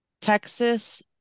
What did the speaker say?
Texas